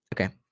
Okay